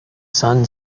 sun